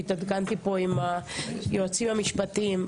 והתעדכנתי פה עם היועצים המשפטיים.